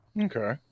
Okay